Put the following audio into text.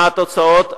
מה התוצאות.